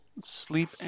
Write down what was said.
sleep